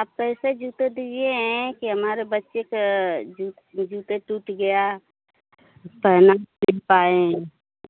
आप कैसे जूते दिए हैं कि हमारे बच्चे का जूते टूट गया पहना नहीं पाएँ